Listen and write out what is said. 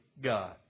God